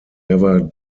never